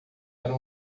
era